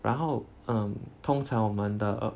然后 um 通常我们的